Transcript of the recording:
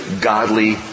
godly